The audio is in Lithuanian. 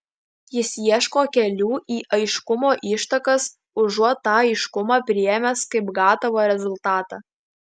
jis ieško kelių į aiškumo ištakas užuot tą aiškumą priėmęs kaip gatavą rezultatą